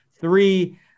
three